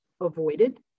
avoided